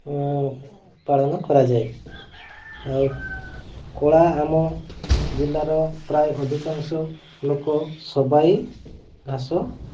ପାଳନ କରାଯାଏ ଆଉ କଳା ଆମ ଜିଲ୍ଲାର ପ୍ରାୟ ଅଧିକାଂଶ ଲୋକ ସବାଇ ଘାସ